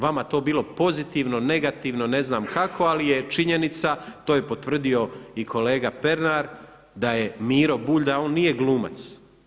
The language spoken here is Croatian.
Vama to bilo pozitivno, negativno, ne znam kako, ali je činjenica to je potvrdio i kolega Pernar da je Miro Bulj da on nije glumac.